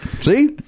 See